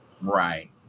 Right